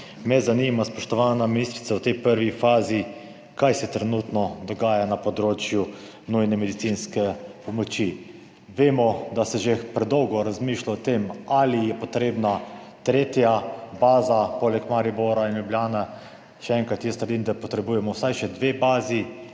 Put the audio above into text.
zanima, spoštovana ministrica: Kaj se trenutno dogaja na področju helikopterske nujne medicinske pomoči? Vemo, da se že predolgo razmišlja o tem, ali je potrebna tretja baza, poleg Maribora in Ljubljane. Še enkrat, jaz trdim, da potrebujemo vsaj še dve bazi,